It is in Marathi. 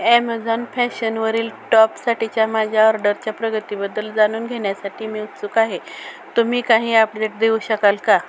ॲमेझॉन फॅशन वरील टॉपसाठीच्या माझ्या ऑर्डरच्या प्रगतीबद्दल जानून घेण्यासाठी मी उत्सुक आहे तुम्ही काही अपडेट देऊ शकाल का